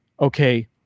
okay